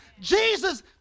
Jesus